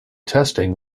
testing